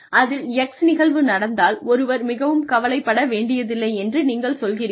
அதில் X நிகழ்வு நடந்தால் ஒருவர் மிகவும் கவலைப்படக் வேண்டியதில்லை என்று நீங்கள் சொல்கிறீர்கள்